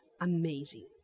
amazing